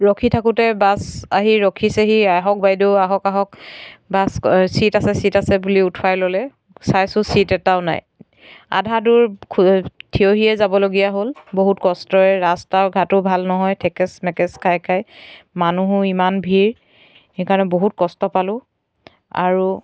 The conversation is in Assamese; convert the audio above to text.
ৰখি থাকোঁতে বাছ আহি ৰখিছেহি আহক বাইদেউ আহক আহক বাছ ছিট আছে ছিট আছে বুলি ওঠাই ল'লে চাইছোঁ ছিট এটাও নাই আধা দূৰ খো থিয় হৈয়ে যাবলগীয়া হ'ল বহুত কষ্টৰে ৰাস্তা ঘাটো ভাল নহয় থেকেচ মেকেচ খাই খাই মানুহো ইমান ভিৰ সেইকাৰণে বহুত কষ্ট পালোঁ আৰু